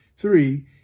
Three